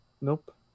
nope